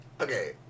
okay